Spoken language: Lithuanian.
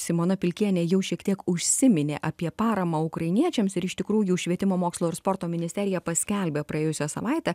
simona pilkienė jau šiek tiek užsiminė apie paramą ukrainiečiams ir iš tikrųjų švietimo mokslo ir sporto ministerija paskelbė praėjusią savaitę